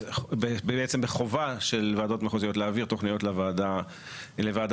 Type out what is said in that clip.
בעצם בחובה של ועדות מחוזיות להעביר תוכניות לוועדה ארצית.